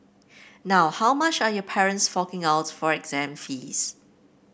now how much are your parents forking out for exam fees